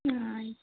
ಹಾಂ ಆಯ್